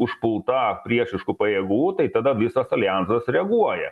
užpulta priešiškų pajėgų tai tada visas aljansas reaguoja